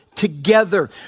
together